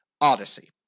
Odyssey